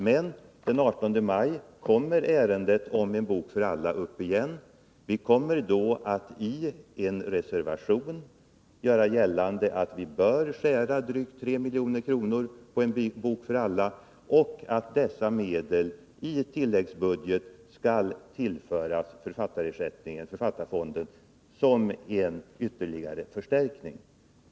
Men den 18 maj kommer ärendet om En bok för alla upp igen. Vi kommer då att i en reservation föreslå att man bör skära drygt 3 milj.kr. på anslaget till En bok för alla och att dessa medel i tilläggsbudget skall tillföras Författarfonden som en ytterligare förstärkning.